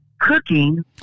cooking